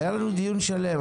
היה לנו דיון שלם,